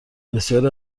بسیار